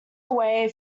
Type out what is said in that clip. away